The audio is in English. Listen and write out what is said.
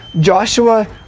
Joshua